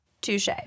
Touche